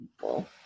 people